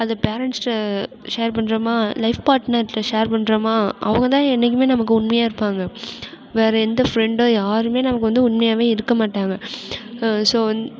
அதை பேரென்ட்ஸ்கிட்ட ஷேர் பண்ணுறோமா லைஃப் பாட்னர்கிட்ட ஷேர் பண்ணுறோமா அவங்கதான் என்னைக்குமே நமக்கு உண்மையாக இருப்பாங்க வேறு எந்த ஃப்ரெண்டோ யாருமே நமக்கு வந்து உண்மையாகவே இருக்க மாட்டாங்க ஸோ